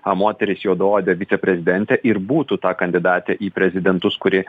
moteris juodaodė viceprezidentė ir būtų ta kandidatė į prezidentus kuri